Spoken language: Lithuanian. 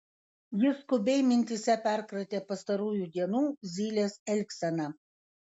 jis skubiai mintyse perkratė pastarųjų dienų zylės elgseną